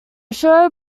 show